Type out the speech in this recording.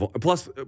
Plus